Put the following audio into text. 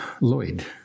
Lloyd